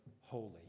holy